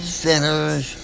sinners